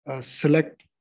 Select